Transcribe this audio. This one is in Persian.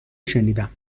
شنیدم